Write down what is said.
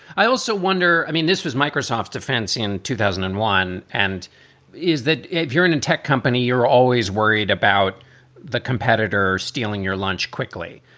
i also wonder, i mean, this was microsoft's defense in two thousand and one and is that if you're in a tech company, you're always worried about the competitor stealing your lunch quickly.